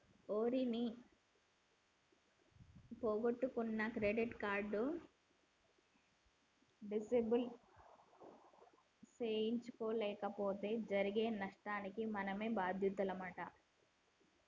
ఓరి నీ పొగొట్టుకున్న క్రెడిట్ కార్డు డిసేబుల్ సేయించలేపోతే జరిగే నష్టానికి మనమే బాద్యులమంటరా